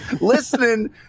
listening